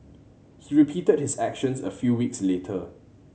he repeated his actions a few weeks later